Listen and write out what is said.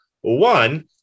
One